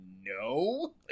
No